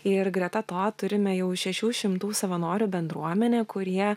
ir greta to turime jau šešių šimtų savanorių bendruomenę kurie